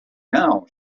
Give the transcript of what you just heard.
now